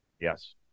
Yes